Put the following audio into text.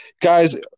Guys